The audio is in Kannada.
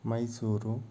ಮೈಸೂರು